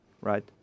right